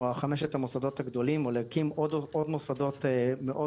כלומר חמשת המוסדות הגדולים או להקים